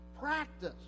practice